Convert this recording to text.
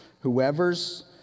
whoever's